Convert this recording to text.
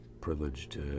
privileged